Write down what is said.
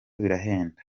birahenda